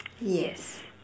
yes